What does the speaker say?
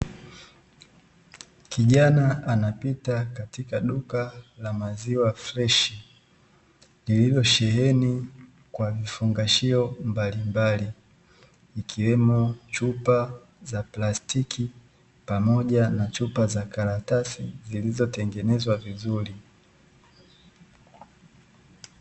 Kijana anapita katika duka la maziwa freshi, lililosheheni kwa vifungashio mbalimbali ikiwemo chupa za plastiki pamoja na chupa za karatasi zilizotengenezwa vizuri.